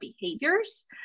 behaviors